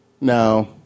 now